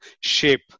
shape